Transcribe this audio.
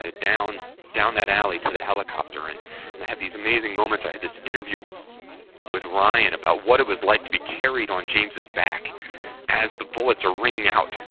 ah down down that alley to the helicopter and and to have these amazing moments i had this interview with ryan about what it was like to be carried on james's back as the bullets are raining out.